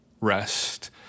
rest